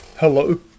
Hello